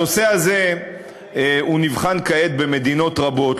הנושא הזה נבחן כעת במדינות רבות,